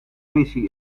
missie